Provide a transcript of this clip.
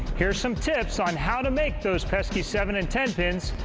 here are some tips on how to make those pesky seven and ten pins,